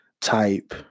type